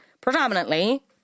predominantly